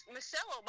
Michelle